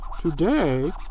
Today